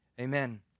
Amen